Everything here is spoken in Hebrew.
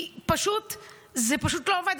כי זה פשוט לא עובד.